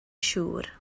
siŵr